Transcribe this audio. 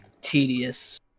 Tedious